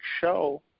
show